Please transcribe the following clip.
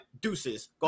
Deuces